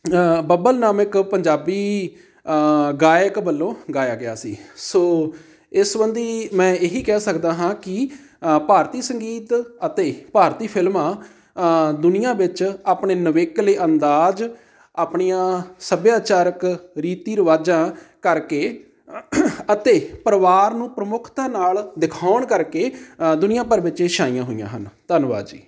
ਬੱਬਲ ਨਾਮਕ ਪੰਜਾਬੀ ਗਾਇਕ ਵੱਲੋਂ ਗਾਇਆ ਗਿਆ ਸੀ ਸੋ ਇਸ ਸਬੰਧੀ ਮੈਂ ਇਹੀ ਕਹਿ ਸਕਦਾ ਹਾਂ ਕਿ ਭਾਰਤੀ ਸੰਗੀਤ ਅਤੇ ਭਾਰਤੀ ਫਿਲਮਾਂ ਦੁਨੀਆ ਵਿੱਚ ਆਪਣੇ ਨਵੇਕਲੇ ਅੰਦਾਜ਼ ਆਪਣੀਆਂ ਸੱਭਿਆਚਾਰਕ ਰੀਤੀ ਰਿਵਾਜ਼ਾਂ ਕਰਕੇ ਅਤੇ ਪਰਿਵਾਰ ਨੂੰ ਪ੍ਰਮੁੱਖਤਾ ਨਾਲ ਦਿਖਾਉਣ ਕਰਕੇ ਦੁਨੀਆ ਭਰ ਵਿੱਚ ਇਹ ਛਾਈਆਂ ਹੋਈਆਂ ਹਨ ਧੰਨਵਾਦ ਜੀ